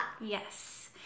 Yes